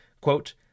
quote